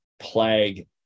plague